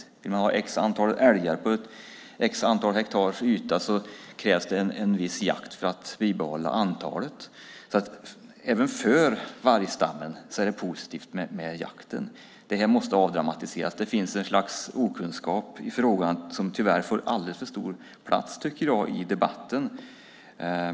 Om man vill ha ett visst antal älgar på ett visst antal hektar krävs det viss jakt för att bibehålla antalet. Även för vargstammen är alltså jakten positiv. Jakten måste avdramatiseras. Det finns en okunskap i frågan som jag tycker tyvärr får alldeles för stor plats i debatten.